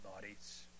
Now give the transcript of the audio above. bodies